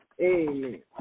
Amen